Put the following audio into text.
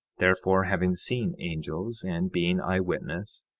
therefore having seen angels, and being eye-witness,